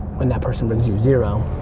when that person brings you zero,